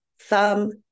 thumb